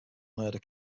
murder